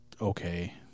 okay